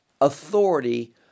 authority